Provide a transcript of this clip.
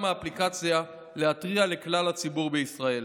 האפליקציה להתריע לכלל הציבור בישראל.